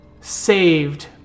saved